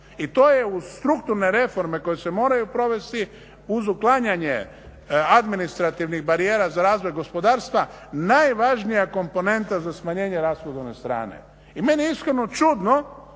i to je uz strukturne reforme koje se moraju provesti uz uklanjanje administrativnih barijera za razvoj gospodarstva najvažnija komponenta za smanjenje rashodovne strane i meni je iskreno čudno